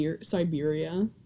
siberia